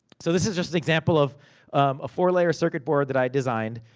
so, this is just an example of a four-layer circuit board that i designed,